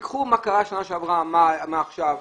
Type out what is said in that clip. תראו מה קרה בשנה שעברה ומה קורה עכשיו.